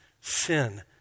sin